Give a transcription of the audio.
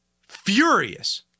furious